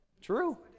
True